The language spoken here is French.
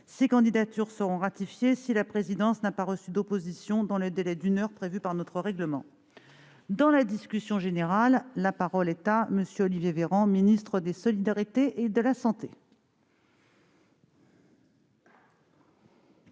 Ces candidatures seront ratifiées si la présidence n'a pas reçu d'opposition dans le délai d'une heure prévu par notre règlement. Dans la discussion générale, la parole est à M. le ministre des solidarités et de la santé.